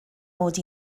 mod